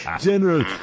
General